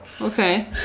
Okay